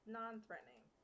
non-threatening